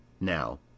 Now